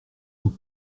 sont